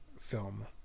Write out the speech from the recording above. film